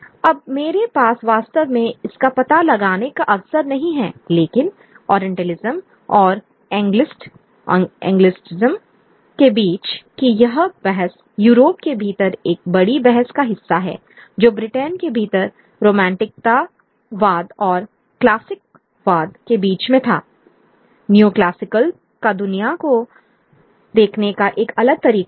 अब मेरे पास वास्तव में इसका पता लगाने का अवसर नहीं है लेकिन ओरिएंटलिज्म और एंग्लिसिज्म के बीच की यह बहस यूरोप के भीतर एक बड़ी बहस का हिस्सा हैजो ब्रिटेन के भीतर रोमांटिकतावाद और क्लासिकवाद के बीच में था नियोक्लासिकल का दुनिया को देखने का एक अलग तरीका था